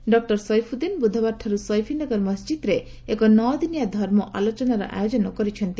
doctor Saifuddin ବୁଧବାରଠାରୁ ସୈଫିନଗର ମସ୍ଜିଦ୍ରେ ଏକ ନଅଦିନିଆ ଧର୍ମ ଆଲୋଚନାର ଆୟୋଜନ କରିଛନ୍ତି